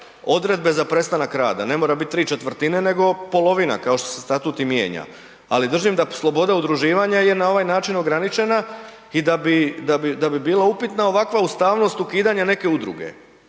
odredbe za prestanak rada, ne mora biti 3/4 nego polovina kao što se statut i mijenja ali držim da sloboda udruživanja je na ovaj način ograničena i da bi bilo upitna ovakva ustavnost ukidanja neke udruge